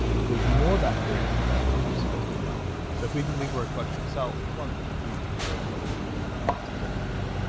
but there's more bacteria in your gut than there are cells in your body so if we believe we're a collection of cells it's one thing. if we believe we're a collection of mitochondria it's a different thing.